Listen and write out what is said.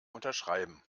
unterschreiben